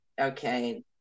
okay